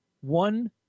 One